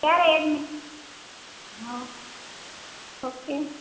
ક્યારે એડ્મિટ હ ઓકે